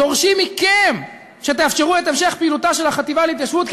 דורשים מכם שתאפשרו את המשך פעילותה של החטיבה להתיישבות,